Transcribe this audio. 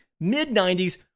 mid-90s